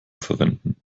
verwenden